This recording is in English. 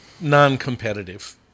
non-competitive